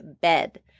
bed